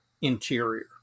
interior